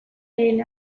lehen